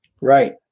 right